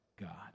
God